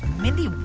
mindy,